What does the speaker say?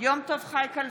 יום טוב חי כלפון,